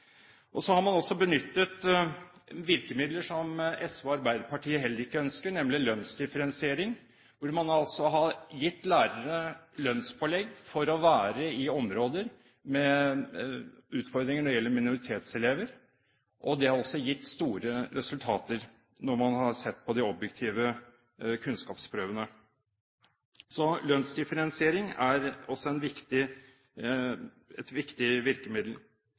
Man har også benyttet et virkemiddel som SV og Arbeiderpartiet heller ikke ønsker, nemlig lønnsdifferensiering. Man har gitt lærere lønnspålegg for å være i områder med utfordringer når det gjelder minoritetselever. Det har gitt store resultater når man har sett på de objektive kunnskapsprøvene. Så lønnsdifferensiering er også et viktig virkemiddel.